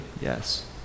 yes